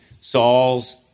Saul's